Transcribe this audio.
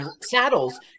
Saddles